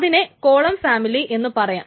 അതിനെ column family എന്നു പറയാം